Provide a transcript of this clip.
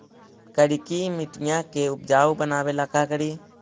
करिकी मिट्टियां के उपजाऊ बनावे ला का करी?